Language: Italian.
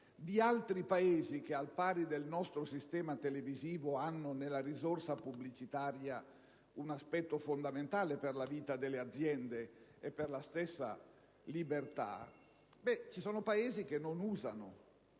di altri Paesi che, al pari del nostro sistema televisivo, hanno nella risorsa pubblicitaria un aspetto fondamentale per la vita delle aziende e per la stessa libertà, non usano